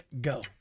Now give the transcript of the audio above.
go